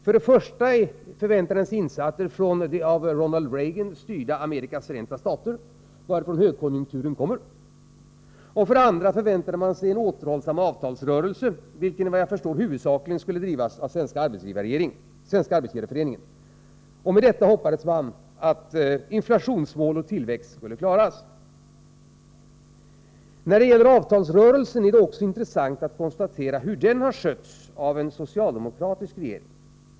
För det första förväntade den sig insatser från det av Ronald Reagan styrda Amerikas Förenta stater, varifrån högkonjunkturen kommer, och för det andra förväntade man sig en återhållsam avtalsrörelse, vilken efter vad jag förstår huvudsakligen skulle drivas av Svenska arbetsgivareföreningen. Med detta hoppades man att inflationsmål och tillväxt skulle klaras. Det är också intressant att konstatera hur avtalsrörelsen har skötts av en socialdemokratisk regering.